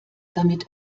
damit